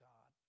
God